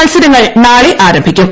മൽസരങ്ങൾ നാളെ ആരംഭിക്കും